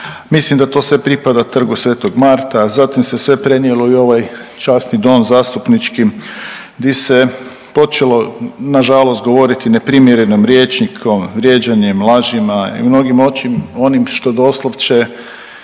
Mislim da to sve pripada Trgu svetoga Marka. Za zatim se sve prenijelo i u ovaj časni dom zastupnički gdje se počelo na žalost govoriti neprimjerenim rječnikom, vrijeđanjem, lažima i u mnogim onim što doslovce